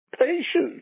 Patience